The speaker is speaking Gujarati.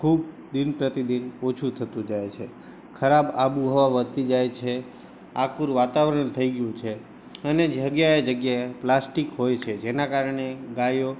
ખૂબ દિન પ્રતિદિન ઓછું થતું જાય છે ખરાબ આબોહવા વધતી જાય છે આકરું વાતાવરણ થઇ ગયું છે અને જગ્યા જગ્યાએ પ્લાસ્ટિક હોય છે જેના કારણે ગાયો